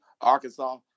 Arkansas